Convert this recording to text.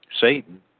Satan